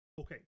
Okay